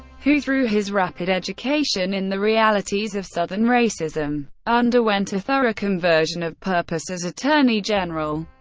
who, through his rapid education in the realities of southern racism, underwent a thorough conversion of purpose as attorney general.